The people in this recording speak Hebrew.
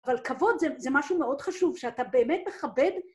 אבל כבוד זה משהו מאוד חשוב, שאתה באמת מכבד...